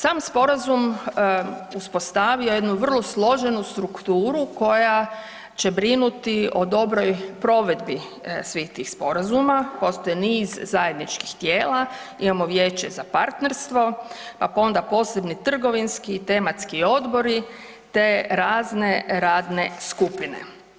Sam sporazum uspostavio je jednu vrlo složenu strukturu koja će brinuti o dobroj provedbi svih tih sporazuma, postoji niz zajedničkih tijela, imamo Vijeće za partnerstvo, pa onda posebni trgovinski i tematski odbori te razne radne skupine.